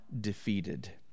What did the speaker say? defeated